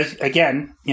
again